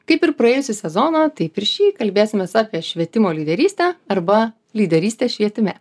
kaip ir praėjusį sezoną taip ir šį kalbėsimės apie švietimo lyderystę arba lyderystę švietime